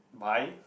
buy